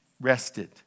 rested